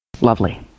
Lovely